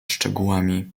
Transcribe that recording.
szczegółami